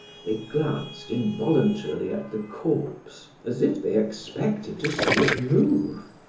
they glanced involuntarily at the corpse as if they expected to see it move.